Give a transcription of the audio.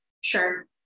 Sure